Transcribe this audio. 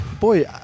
Boy